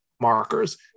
markers